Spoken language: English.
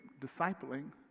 discipling